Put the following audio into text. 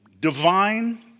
divine